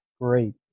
Great